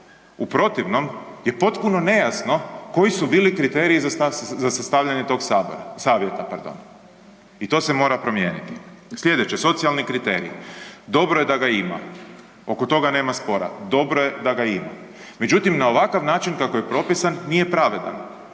U protivnom je potpuno nejasno koji su bili kriteriji za sastavljanje tog Sabora. Savjeta, pardon. I to se mora promijeniti. Sljedeće, socijalni kriteriji. Dobro je da ga ima. Oko toga nema spora. Dobro je da ga ima. Međutim, na ovakav način kako je propisan, nije pravedan.